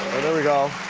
there we go.